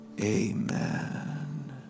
Amen